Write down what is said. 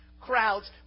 crowds